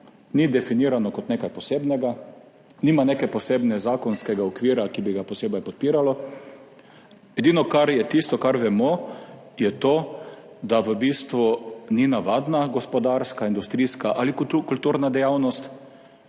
ni definirano kot nekaj posebnega, nima nekega posebnega zakonskega okvira, ki bi ga posebej podpiral. Edino, kar vemo, je to, da v bistvu ni navadna gospodarska, industrijska ali kulturna dejavnost.